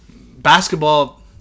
Basketball